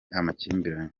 amakimbirane